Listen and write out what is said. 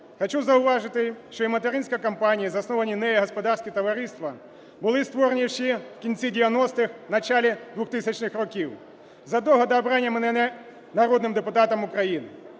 хочу зауважити, що і материнська компанія, і засновані нею господарські товариства були створені ще в кінці 90-х – початку 2000-х років, задовго до обрання мене народним депутатом України.